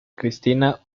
christina